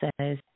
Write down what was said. says